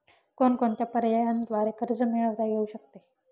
कोणकोणत्या पर्यायांद्वारे कर्ज मिळविता येऊ शकते?